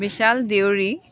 Bishal Deori